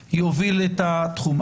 מי יוביל את התחום.